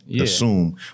assume